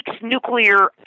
nuclear